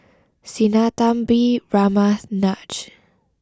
Sinnathamby Ramnath Raj